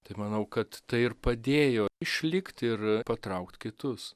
tai manau kad tai ir padėjo išlikt ir patraukt kitus